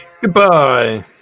Goodbye